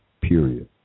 period